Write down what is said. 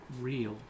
real